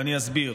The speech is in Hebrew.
ואני אסביר.